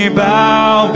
bow